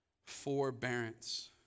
forbearance